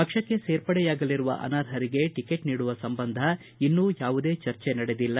ಪಕ್ಷಕ್ಕೆ ಸೇರ್ಪಡೆಯಾಗಲಿರುವ ಅನರ್ಹರಿಗೆ ಟಿಕೆಟ್ ನೀಡುವ ಸಂಬಂಧ ಇನ್ನೂ ಯಾವುದೇ ಚರ್ಚೆ ನಡೆದಿಲ್ಲ